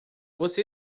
você